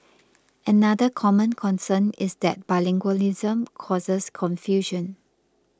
another common concern is that bilingualism causes confusion